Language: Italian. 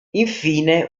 infine